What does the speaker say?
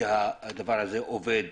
שהדבר הזה עובד